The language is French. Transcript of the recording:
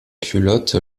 culotte